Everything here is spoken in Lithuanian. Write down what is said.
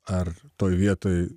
ar toj vietoj